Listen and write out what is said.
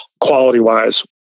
quality-wise